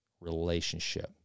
relationship